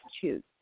choose